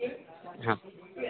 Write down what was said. हा